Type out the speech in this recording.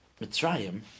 Mitzrayim